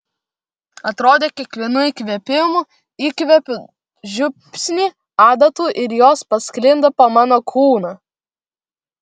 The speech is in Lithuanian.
atrodė kiekvienu įkvėpimu įkvepiu žiupsnį adatų ir jos pasklinda po mano kūną